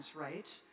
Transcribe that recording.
right